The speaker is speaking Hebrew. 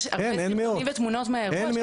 אין מאוד שמשתוללים,